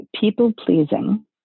people-pleasing